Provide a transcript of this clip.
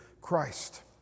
Christ